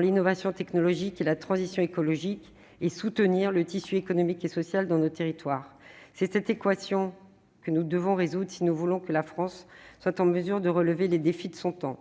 l'innovation technologique et la transition écologique et soutenir le tissu économique et social dans nos territoires. C'est cette équation que nous devons résoudre, si nous voulons que la France soit en mesure de relever les défis de son temps.